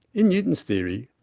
in newtown's theory,